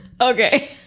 Okay